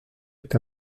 est